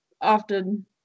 often